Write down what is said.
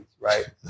right